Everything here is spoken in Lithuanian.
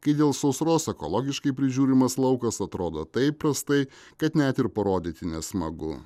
kai dėl sausros ekologiškai prižiūrimas laukas atrodo taip prastai kad net ir parodyti nesmagu